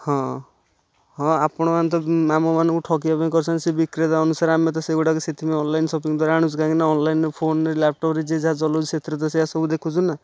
ହଁ ହଁ ଆପଣ ମାନେ ତ ଆମ ମାନଙ୍କୁ ଠକିବା ବୋଲି କରିଛନ୍ତି ସେ ବିକ୍ରେତା ଅନୁସାରେ ଆମେ ତ ସେଗୁଡ଼ାକ ସେଥିପାଇଁ ଅନଲାଇନ ସପିଙ୍ଗ କରି ଆଣୁଛୁ ଅନଲାଇନରେ ଫୋନରେ ଲାପଟପରେ ଯିଏ ଯାହା ଚଲଉଛି ସେଇଠି ସେଇଆ ସବୁ ଦେଖୁଛୁ ନା